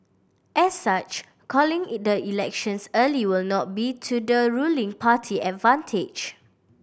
as such calling the elections early will not be to the ruling party advantage